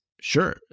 Sure